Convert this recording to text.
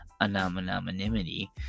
anonymity